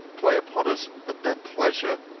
play upon us at their pleasure.